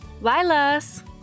Lilas